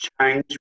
change